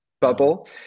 bubble